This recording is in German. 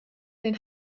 den